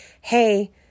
hey